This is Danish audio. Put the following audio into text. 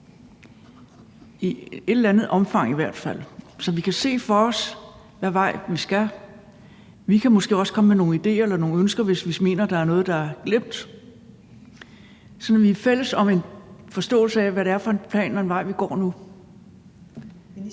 for, hvad der skal ske nu, så vi kan se for os, hvad vej vi skal gå? Vi kan måske også komme med nogle idéer eller nogle ønsker, hvis vi mener, at der er noget der er glemt, sådan at vi er fælles om en forståelse af, hvad det er for en plan, vi følger,